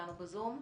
איתנו זום.